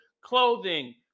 clothing